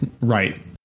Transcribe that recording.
right